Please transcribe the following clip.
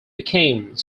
became